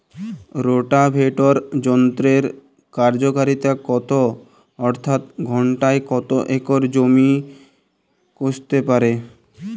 Rotavator যন্ত্রের কার্যকারিতা কত অর্থাৎ ঘণ্টায় কত একর জমি কষতে পারে?